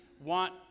want